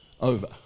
over